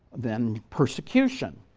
then persecution,